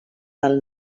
del